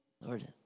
Lord